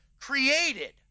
created